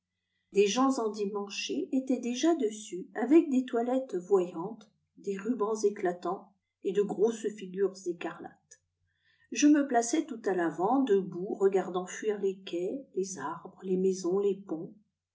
des gens endimanchés étaient déjà dessus avec des toilettes voyantes des rubans éclatants et de grosses figures écarlates je me plaçais tout à l'avant debout regardant fuir les quais les arbres les maisons les ponts